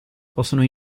possono